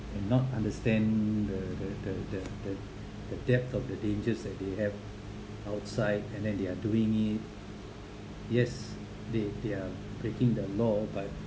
and not understand the the the the the the depth of the dangers that they have outside and then they are doing it yes they they are breaking the law but